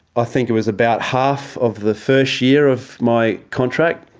i think it was about half of the first year of my contract,